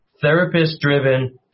therapist-driven